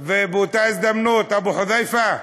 ובאותה הזדמנות: אבו חוד'ייפה,